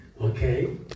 Okay